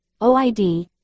oid